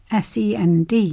SEND